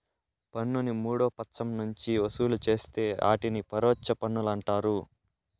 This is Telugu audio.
పన్నుని మూడో పచ్చం నుంచి వసూలు చేస్తే ఆటిని పరోచ్ఛ పన్నులంటారు